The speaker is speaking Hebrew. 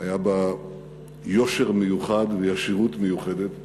היו בה יושר מיוחד וישירות מיוחדת,